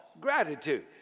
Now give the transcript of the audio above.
Gratitude